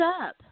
up